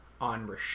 on